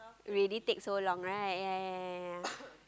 already take so long right yea